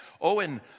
Owen